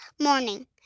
Morning